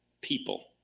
people